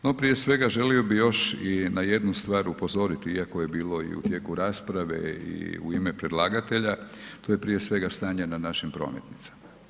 No, prije svega želio bi još i na jednu stvar upozoriti, iako je bilo i u tijeku rasprave i u ime predlagatelja, to je prije svega stanje na našim prometnicama.